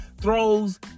throws